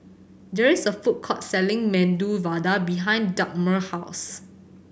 there is a food court selling Medu Vada behind Dagmar house